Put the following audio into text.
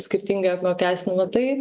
skirtingai apmokestinima tai